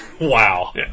Wow